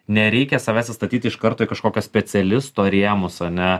nereikia savęs įstatyti iš karto į kažkokio specialisto rėmus ane